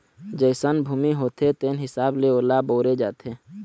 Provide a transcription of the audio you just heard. जइसन भूमि होथे तेन हिसाब ले ओला बउरे जाथे